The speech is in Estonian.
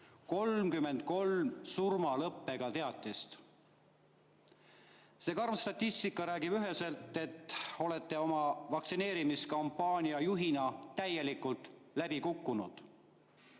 33 surmlõppe teatist. See karm statistika räägib üheselt, et olete oma vaktsineerimiskampaania juhina täielikult läbi kukkunud.